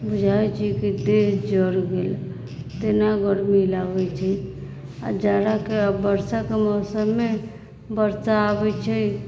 बुझाइत छै कि देह जड़ि गेल तेना गर्मी लागैत छै आ जाड़ाके बरसाके मौसममे वर्षा अबैत छै